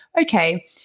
okay